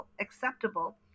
acceptable